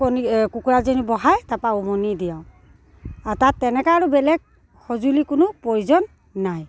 কণী কুকুৰাজনী বহাই তাৰপৰা উমনি দিয়াওঁ আৰু তাত তেনেকৈ আৰু বেলেগ সঁজুলি কোনো প্ৰয়োজন নাই